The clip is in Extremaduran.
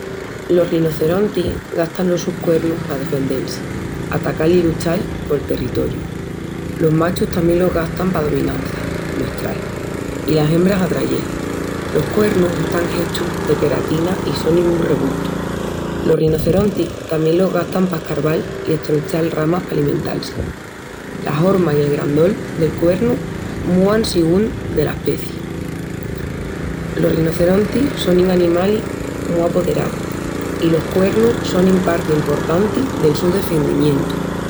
Los rinocerontis gastan los sus cuernus pa defendel-si, atacal i luchal pol territoriu. Los machus tamién los gastan pa dominança muestral i las hembras atrayel. Los cuernus están hechus de queratina i sonin mu rebustus. Los rinocerontis tamién los gastan pa escarval i estronchal ramas pa alimental-si. La horma i el grandol del cuernu múan sigún dela aspeci. Los rinocerontis sonin animalis mu apoderaus i los cuernus sonin parti emportanti del su defendimientu.